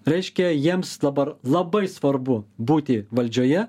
reiškia jiems dabar labai svarbu būti valdžioje